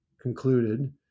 concluded